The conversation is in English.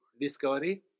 discovery